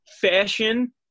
fashion